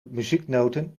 muzieknoten